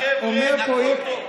החבר'ה, הכול טוב.